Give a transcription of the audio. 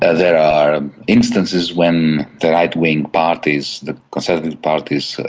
there are instances when the right-wing parties', the conservative parties',